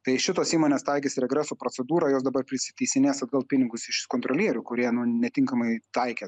tai šitos įmonės taikys regreso procedūrą jos dabar prisiteisinės atgal pinigus iš kontrolierių kurie nu netinkamai taikė